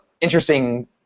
interesting